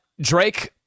Drake